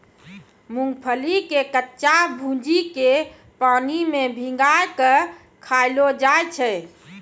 मूंगफली के कच्चा भूजिके पानी मे भिंगाय कय खायलो जाय छै